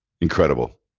incredible